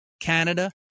Canada